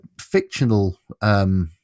fictional